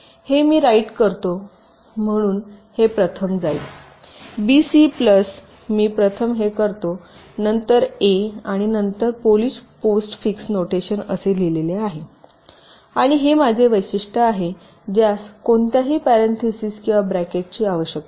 हे मी राईट करतो म्हणून हे प्रथम जाईल बीसी प्लस मी प्रथम हे करतो नंतर ए आणि नंतर पॉलिश पोस्ट फिक्स नोटेशन असे लिहिलेले आहे आणि हे माझे वैशिष्ट्य आहे ज्यास कोणत्याही पॅरेंथेसिस किंवा ब्रॅकेट आवश्यकता नाही